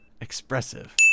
expressive